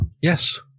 Yes